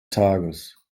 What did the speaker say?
tages